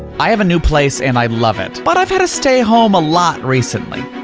i have a new place and i love it, but i've had to stay home a lot recently.